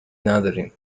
نداریم